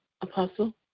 Apostle